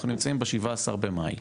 אנחנו יוצאים ב-17 במאי,